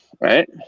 Right